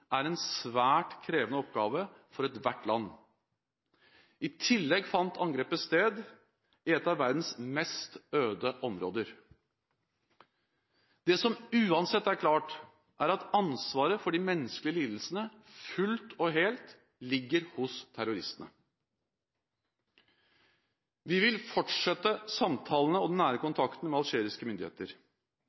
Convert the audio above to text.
er en svært krevende oppgave for ethvert land. I tillegg fant angrepet sted i et av verdens mest øde områder. Det som uansett er klart, er at ansvaret for de menneskelige lidelsene fullt og helt ligger hos terroristene. Vi vil fortsette samtalene og den nære kontakten med algeriske myndigheter.